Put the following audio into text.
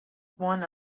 one